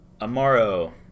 Amaro